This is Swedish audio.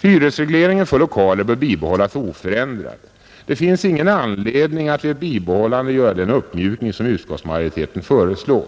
Hyresregleringen för lokaler bör bibehållas oförändrad. Det finns ingen anledning att vid bibehållande göra den uppmjukning som utskottsmajoriteten föreslår.